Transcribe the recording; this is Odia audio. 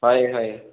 ହଏ ହଏ